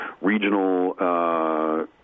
regional